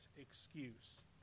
excuse